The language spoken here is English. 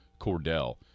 Cordell